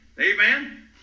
Amen